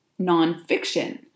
nonfiction